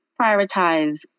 prioritize